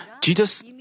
Jesus